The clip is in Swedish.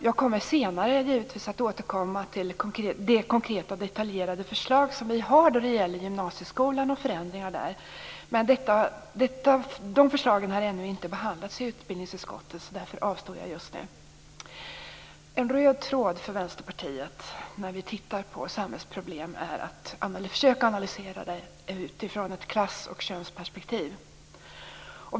Jag återkommer senare till vårt konkreta och detaljerade förslag till förändringar i gymnasieskolan. Dessa förslag har ännu inte behandlats i utbildningsutskottet, och jag avstår därför från att ta upp dem just nu. En röd tråd i Vänsterpartiets behandling av samhällsproblem är försök att analysera dessa i ett klassoch könsperspektiv.